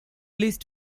list